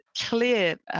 clear